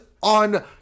on